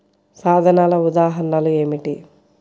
సాధనాల ఉదాహరణలు ఏమిటీ?